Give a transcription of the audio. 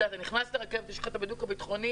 אתה נכנס לרכבת, יש לך את הבידוק הביטחוני.